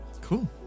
Cool